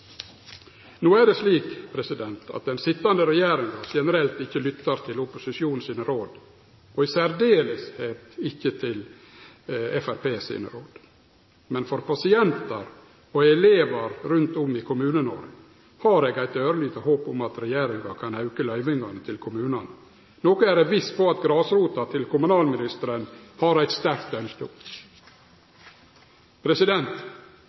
No er det slik at den sitjande regjeringa generelt ikkje lyttar til opposisjonen sine råd, og særdeles ikkje til Framstegspartiet sine råd. Men for pasientar og elevar rundt om i Kommune-Noreg har eg eit ørlite håp om at regjeringa kan auke løyvingane til kommunane, noko eg er viss på at grasrota til kommunalministeren har eit sterkt ønske